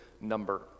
number